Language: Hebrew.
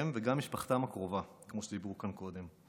הם וגם משפחתם הקרובה, כמו שדיברו כאן קודם.